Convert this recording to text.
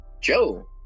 joe